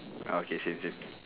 okay same same